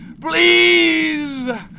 please